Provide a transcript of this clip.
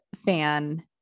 Fan